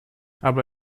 aber